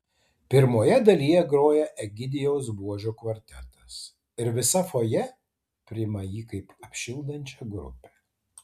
pirmoje dalyje groja egidijaus buožio kvartetas ir visa fojė priima jį kaip apšildančią grupę